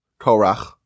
Korach